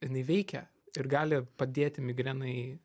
jinai veikia ir gali padėti migrenai